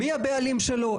מי הבעלים שלו,